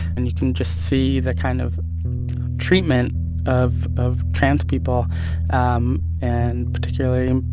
and you can just see the kind of treatment of of trans people um and, particularly,